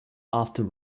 after